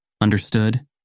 Understood